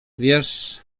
wiesz